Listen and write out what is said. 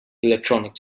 electronic